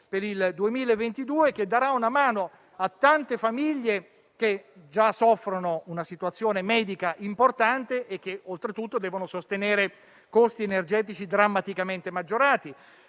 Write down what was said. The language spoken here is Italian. per il 2022, che darà una mano a tante famiglie che già soffrono una situazione medica importante e che oltretutto devono sostenere costi energetici drammaticamente maggiorati.